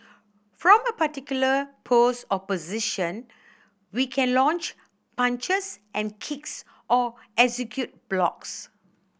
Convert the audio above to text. from a particular pose or position we can launch punches and kicks or execute blocks